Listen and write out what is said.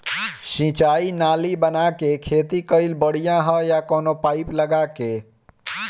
सिंचाई नाली बना के खेती कईल बढ़िया ह या कवनो पाइप लगा के?